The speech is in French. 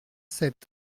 sept